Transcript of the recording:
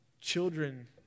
children